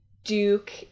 duke